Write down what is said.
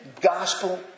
gospel